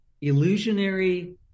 illusionary